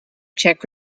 czech